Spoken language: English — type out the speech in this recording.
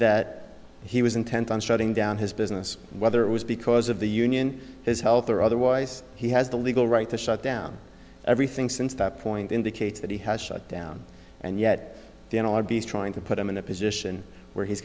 that he was intent on shutting down his business whether it was because of the union his health or otherwise he has the legal right to shut down everything since that point indicates that he has shut down and yet the n l r b is trying to put him in a position where he's